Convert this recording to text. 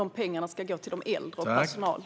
De pengarna ska gå till de äldre och till personalen.